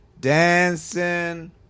dancing